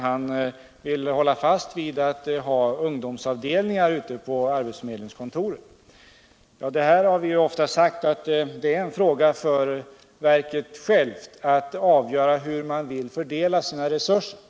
Han ville hålla fast vid ungdomsavdelningar på arbetsförmedlingskontoren. Vi har ofta sagt att det ankommer på verket självt att avgöra hur man vill fördela sina resurser.